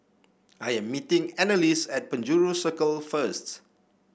I am meeting Anneliese at Penjuru Circle first